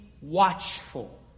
watchful